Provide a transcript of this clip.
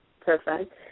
Perfect